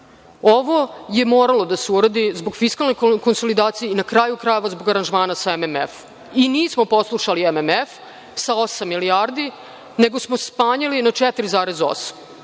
Ovo je moralo da se uradi zbog fiskalne konsolidacije i, na kraju krajeva, zbog aranžmana sa MMF-om. Nismo poslušali MMF sa osam milijardi, nego smo smanjili na 4,8.